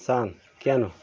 চান কেন